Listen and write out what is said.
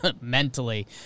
mentally